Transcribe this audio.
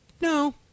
no